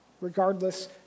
Regardless